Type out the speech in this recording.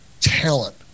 talent